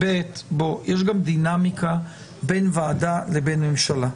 ויש גם דינמיקה בין ועדה לבין ממשלה.